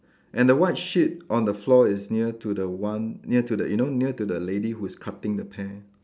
and the white sheet on the floor is near to the one near to the you know near to the lady who is cutting the pear